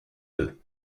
deux